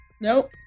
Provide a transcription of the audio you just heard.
Nope